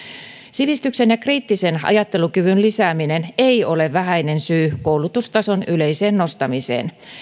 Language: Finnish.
sivistyksen ja kriittisen ajattelukyvyn lisääminen ei ole vähäinen syy koulutustason yleiseen nostamiseen